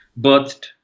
birthed